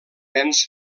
venç